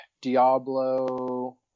Diablo